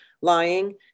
lying